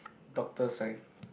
doctor sign